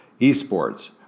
Esports